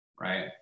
right